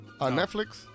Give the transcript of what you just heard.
Netflix